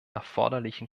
erforderlichen